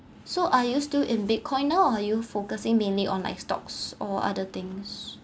so are you still in bitcoin now are you focusing mainly on like stocks or other things